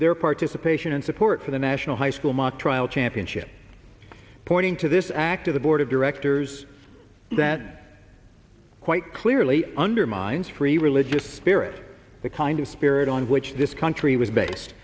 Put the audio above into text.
their participation and support for the national high school mock trial championship point to this act of the board of directors that quite clearly undermines free religious spirit the kind of spirit on which this country was based